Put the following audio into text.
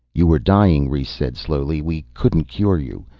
you were dying, rhes said slowly. we couldn't cure you.